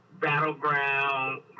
battleground